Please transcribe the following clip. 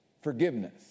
forgiveness